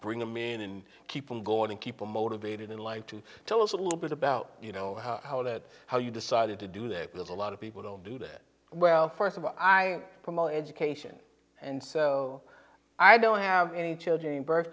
bring them in and keep them going and keep them motivated in line to tell us a little bit about you know how that how you decided to do that because a lot of people don't do that well first of all i promote education and so i don't have any children birth